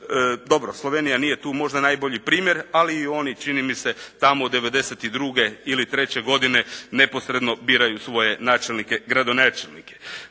Dobro Slovenija nije tu možda najbolji primjer ali oni čini mi se tamo 92. ili 93. godine neposredno biraju svoje načelnike i gradonačelnike.